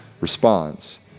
response